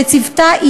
ולצוותה,